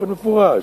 באופן מפורש,